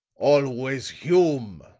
always hume,